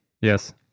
Yes